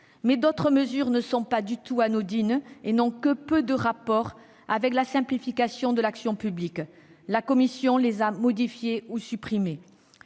Mais d'autres mesures ne sont pas du tout anodines et n'ont que peu de rapport avec la simplification de l'action publique. La commission spéciale les a modifiées ou supprimées.